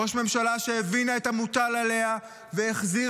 ראש הממשלה שהבינה את המוטל עליה והחזירה